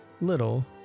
little